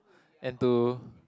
and to